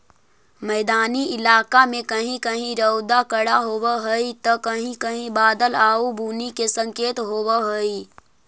मैदानी इलाका में कहीं कहीं रउदा कड़ा होब हई त कहीं कहीं बादल आउ बुन्नी के संकेत होब हई